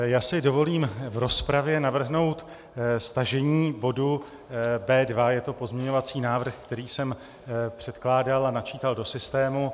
Já si dovolím v rozpravě navrhnout stažení bodu B2, je to pozměňovací návrh, který jsem předkládal a načítal do systému.